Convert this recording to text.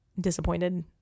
disappointed